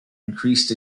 increased